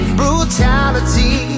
brutality